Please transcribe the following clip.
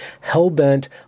hell-bent